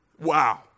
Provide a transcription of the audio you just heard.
Wow